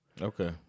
Okay